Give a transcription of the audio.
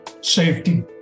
safety